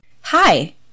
Hi